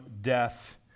death